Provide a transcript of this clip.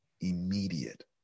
Immediate